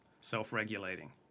self-regulating